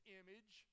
image